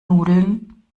nudeln